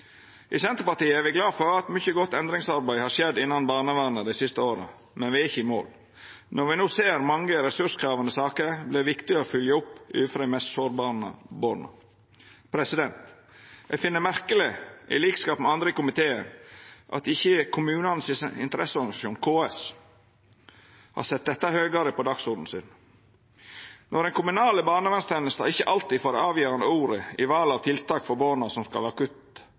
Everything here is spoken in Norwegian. I Senterpartiet er me glade for at mykje godt endringsarbeid har skjedd innan barnevernet dei siste åra, men me er ikkje i mål. Når me no ser mange ressurskrevjande saker, er det viktig å følgja opp overfor dei mest sårbare barna. Eg finn det merkeleg, til liks med andre i komiteen, at ikkje kommunane sin interesseorganisasjon, KS, har sett dette høgare på dagsordenen. Når den kommunale barnevernstenesta ikkje alltid får det avgjerande ordet i val av tiltak for barna som skal